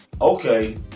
Okay